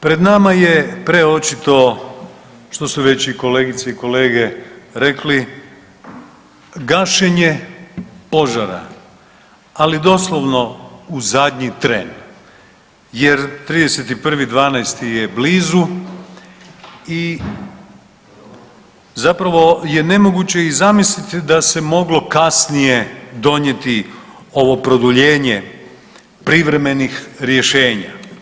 Pred nama je preočito što su već i kolegice i kolege rekli, gašenje požara, ali doslovno u zadnji tren jer 31.12. je blizu i zapravo je nemoguće i zamisliti da se moglo kasnije donijeti ovo produljenje privremenih rješenja.